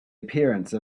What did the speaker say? appearance